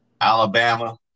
Alabama